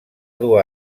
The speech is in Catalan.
dur